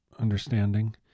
understanding